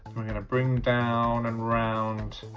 we're going to bring down and around